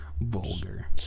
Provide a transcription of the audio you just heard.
vulgar